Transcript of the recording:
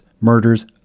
murders